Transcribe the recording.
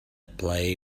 play